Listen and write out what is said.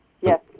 Yes